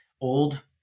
old